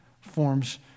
forms